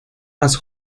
más